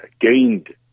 gained